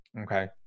okay